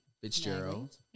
Fitzgerald